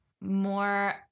more